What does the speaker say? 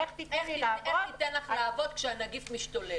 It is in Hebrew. איך ניתן לך לעבוד כשהנגיף משתולל?